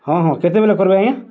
ହଁ ହଁ କେତେବେଲେ କରବେ ଆଜ୍ଞା